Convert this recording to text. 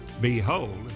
Behold